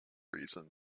reason